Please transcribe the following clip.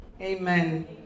Amen